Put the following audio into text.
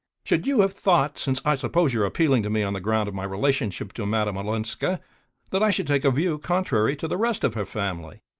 should you have thought since i suppose you're appealing to me on the ground of my relationship to madame olenska that i should take a view contrary to the rest of her family?